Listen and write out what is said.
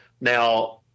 now